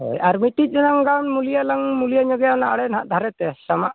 ᱟᱨ ᱢᱤᱫᱴᱤᱡ ᱛᱮᱱᱟᱝ ᱜᱟᱱ ᱢᱩᱞᱤᱭᱟᱹ ᱜᱟᱱ ᱢᱩᱞᱤᱭᱟᱹ ᱧᱚᱜᱮᱭᱟ ᱟᱲᱮ ᱱᱟᱦᱟᱜ ᱫᱷᱟᱨᱮᱛᱮ ᱥᱟᱢᱟᱜ